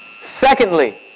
Secondly